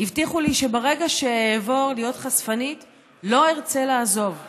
הבטיחו לי שברגע שאעבור להיות חשפנית לא ארצה לעזוב.